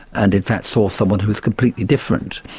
and in fact saw someone who was completely different.